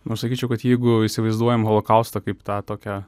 na aš sakyčiau kad jeigu įsivaizduojam holokaustą kaip tą tokią